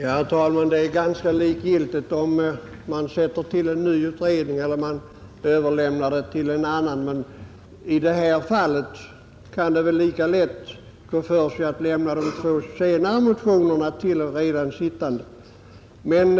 Herr talman! Det är ganska likgiltigt om man tillsätter en ny utredning eller överlämnar uppdraget till en redan sittande utredning, men i detta fall kan det lika väl gå för sig att lämna även de två senare motionerna till den redan sittande utredningen.